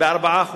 ב-4%